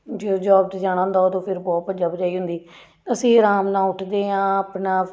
ਜਦੋਂ ਜੋਬ 'ਤੇ ਜਾਣਾ ਹੁੰਦਾ ਉਦੋਂ ਫਿਰ ਬਹੁਤ ਭੱਜਾ ਭਜਾਈ ਹੁੰਦੀ ਅਸੀਂ ਆਰਾਮ ਨਾਲ਼ ਉੱਠਦੇ ਹਾਂ ਆਪਣਾ